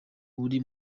uri